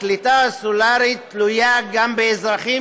הקליטה הסלולרית תלויה גם באזרחים